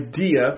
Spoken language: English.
idea